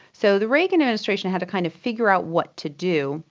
so the reagan administration had to kind of figure out what to do,